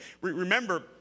Remember